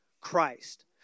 Christ